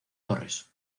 torres